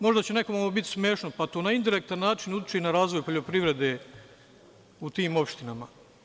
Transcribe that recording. Možda će nekome ovo biti smešno, ali to na indirektan način utiče na razvoj poljoprivrede u tim opštinama.